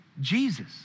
Jesus